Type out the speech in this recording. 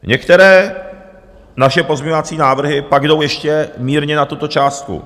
Některé naše pozměňovací návrhy pak jdou ještě mírně nad tuto částku.